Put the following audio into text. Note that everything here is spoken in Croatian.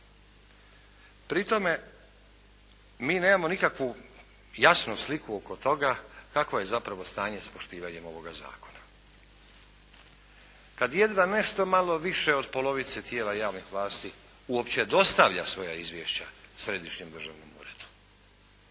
Pri tome mi nemamo nikakvu jasnu sliku oko toga kakvo je zapravo stanje s poštivanjem ovoga zakona kad jedva nešto malo više od polovice tijela javnih vlasti uopće dostavlja svoja izvješća središnjem državnom uredu.